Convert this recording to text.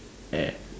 air